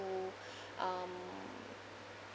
um